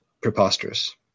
preposterous